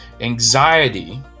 Anxiety